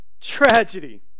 tragedy